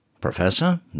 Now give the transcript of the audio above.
Professor